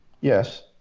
Yes